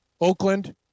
Oakland